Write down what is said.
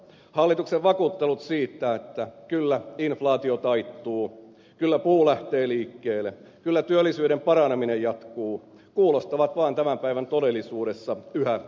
hallituksen vakuuttelut siitä että kyllä inflaatio taittuu kyllä puu lähtee liikkeelle kyllä työllisyyden paraneminen jatkuu kuulostavat tämän päivän todellisuudessa yhä ontommilta